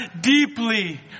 deeply